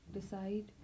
decide